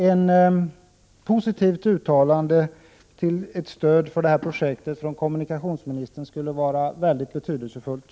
Ett positivt uttalande till stöd för det projektet från kommunikationsministern skulle vara mycket betydelsefullt.